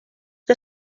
que